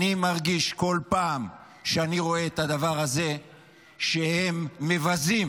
אני מרגיש בכל פעם אני רואה את הדבר הזה שהם מבזים